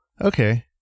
okay